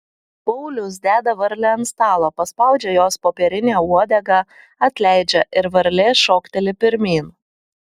paulius deda varlę ant stalo paspaudžia jos popierinę uodegą atleidžia ir varlė šokteli pirmyn